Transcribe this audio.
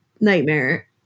nightmare